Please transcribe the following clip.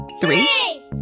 Three